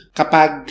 kapag